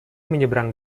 menyeberang